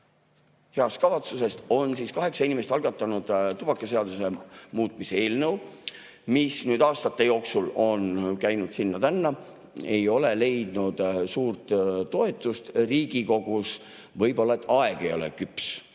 heast kavatsusest on kaheksa inimest algatanud tubakaseaduse muutmise eelnõu, mis aastate jooksul on käinud sinna-tänna ega ole leidnud suurt toetust Riigikogus. Võib-olla aeg ei ole küps.